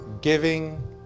Giving